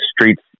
streets